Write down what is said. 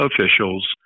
officials